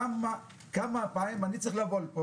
כמה פעמים אני צריך לבוא לפה?